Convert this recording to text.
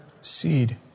seed